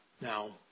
Now